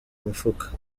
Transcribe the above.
mifuka